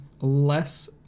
less